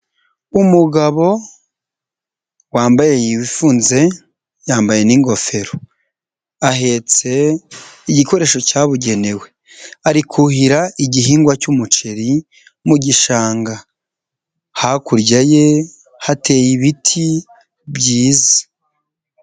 Umugabo wambaye yifunze yambaye n'ingofero, ahetse igikoresho cyabugenewe, ari kuhira igihingwa cy'umuceri mu gishanga ,hakurya ye hateye ibiti byiza.